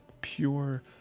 pure